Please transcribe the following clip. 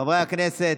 חברי הכנסת,